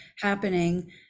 happening